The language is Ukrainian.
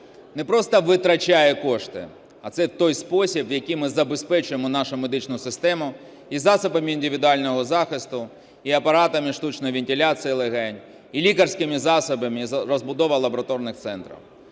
не просто витрачає кошти, а це той спосіб, в який ми забезпечуємо нашу медичну систему і засобами індивідуального захисту, і апаратами штучної вентиляції легень, і лікарськими засобами, і розбудова лабораторних центрів.